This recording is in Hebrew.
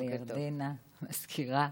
לירדנה המזכירה,